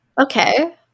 Okay